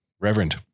reverend